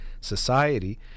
society